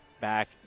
back